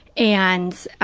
and